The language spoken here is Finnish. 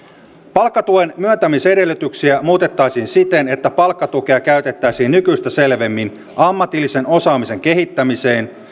palkkatuen myöntämisedellytyksiä muutettaisiin siten että palkkatukea käytettäisiin nykyistä selvemmin ammatillisen osaamisen kehittämiseen